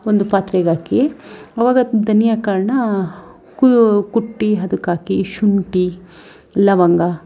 ಒಂದು ಪಾತ್ರೆಗ್ಹಾಕಿ ಆವಾಗ ಧನಿಯಾ ಕಾಳನ್ನ ಕುಟ್ಟಿ ಅದಕ್ಕಾಕಿ ಶುಂಠಿ ಲವಂಗ